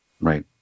Right